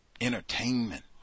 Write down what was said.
Entertainment